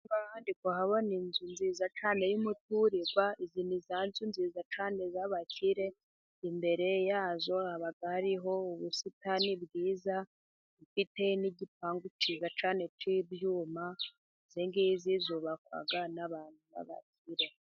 Aha ngaha ndi kuhabona ni inzu nziza cyane y'umuturirwa. Izi ni zanzu nziza cyane z'abakire, imbere yazo haba hariho ubusitani bwiza. Ifite n'igipangu cyiza cyane cy' ibyuma, izi ngizi zubakwa n'abantu b'abakire.